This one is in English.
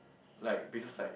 like places like